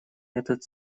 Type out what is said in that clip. этот